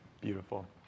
Beautiful